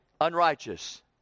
Unrighteous